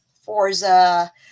Forza